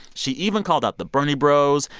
she even called up the bernie bros,